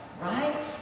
Right